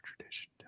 tradition